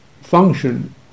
function